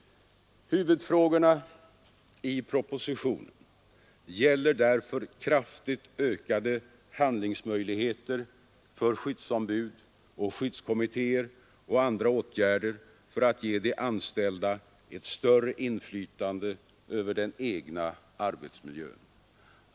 Huvudfrågorna i propositionen gäller därför kraftigt ökade handlingsmöjligheter för skyddsombud och skyddskommittéer och andra åtgärder för att ge de anställda ett större inflytande över den egna arbetsmiljön.